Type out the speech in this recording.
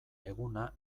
eguna